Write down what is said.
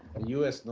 u s.